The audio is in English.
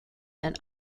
and